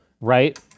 right